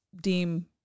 deem